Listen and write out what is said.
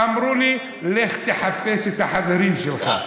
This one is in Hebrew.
אמרו לי: לך תחפש את החברים שלך.